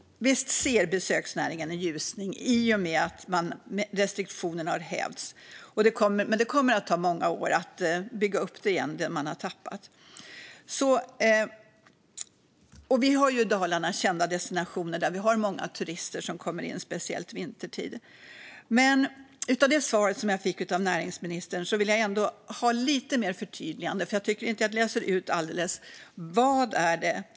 Visst ser besöksnäringen en ljusning i och med att restriktionerna har hävts, men det kommer att ta många år att bygga upp det man har tappat. Och i Dalarna har vi kända destinationer dit många turister kommer, speciellt vintertid. Utifrån det svar jag fick av näringsministern skulle jag dock vilja få ytterligare förtydligande. Det var nämligen inte alldeles tydligt.